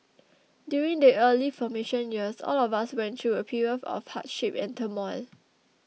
during the early formation years all of us went through a period of hardship and turmoil